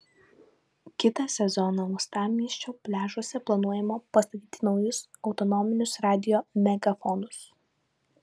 kitą sezoną uostamiesčio pliažuose planuojama pastatyti naujus autonominius radijo megafonus